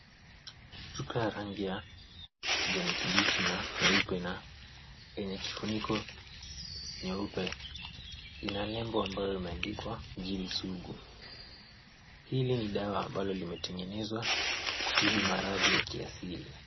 Chupa ya rangi ya kijani kibichi, na nyeupe, na yenye kifuniko nyeupe, ina lebo ambayo imeandikwa, Jini Sugu. Hili ni dawa ambalo imetengenezwa kutibu maradhi ya kiasili.